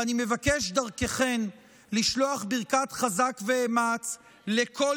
ואני מבקש דרככן לשלוח ברכת חזק ואמץ לכל